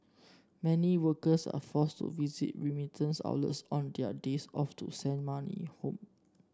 many workers are forced to visit remittance outlets on their days off to send money home